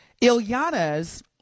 Ilyana's